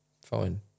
fine